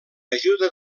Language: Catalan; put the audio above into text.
ajuda